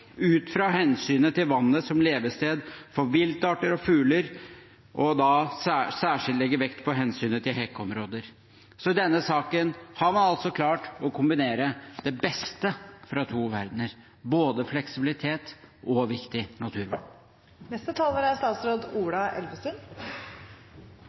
ut fra hensynet til vannet som levested for viltarter og fugler, og særskilt lagt vekt på hensynet til hekkeområder. I denne saken har man altså klart å kombinere det beste fra to verdener, både fleksibilitet og viktig